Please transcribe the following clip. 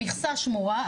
המכסה שמורה,